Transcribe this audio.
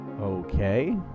Okay